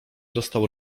dostał